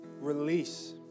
release